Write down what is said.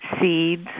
seeds